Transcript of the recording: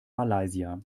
malaysia